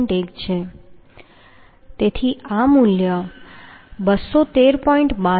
1 છે તેથી આ મૂલ્ય 213